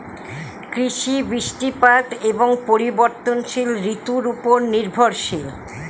কৃষি বৃষ্টিপাত এবং পরিবর্তনশীল ঋতুর উপর নির্ভরশীল